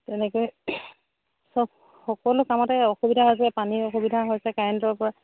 তেনেকৈ চব সকলো কামতে অসুবিধা হৈছে পানীৰ অসুবিধা হৈছে কাৰেণ্টৰ পৰা